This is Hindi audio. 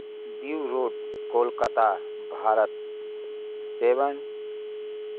view road Kolkata Bharat seven